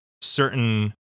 certain